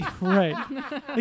right